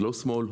לא שמאל,